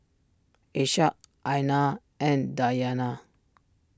Ishak Aina and Dayana